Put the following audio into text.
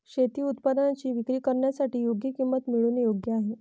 शेती उत्पादनांची विक्री करण्यासाठी योग्य किंमत मिळवणे योग्य आहे